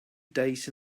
days